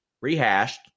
rehashed